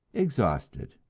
exhausted.